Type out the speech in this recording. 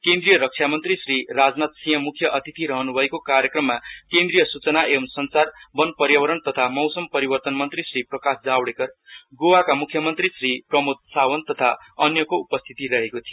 केन्द्रिय रक्षा मन्त्री श्री राजनाथसिहं मुख्य अतिथि रहनुभएको कार्यक्रममा केन्द्रिय सूचन एवम संचार वन पर्यावरण तथा मौसम परिर्वतन मन्त्री श्री प्रकाश जावे कर गोवाका म्ख्यमन्त्री श्री प्रमोद सावन्त तथा न्यको उपस्थिति रहेको थियो